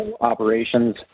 operations